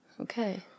Okay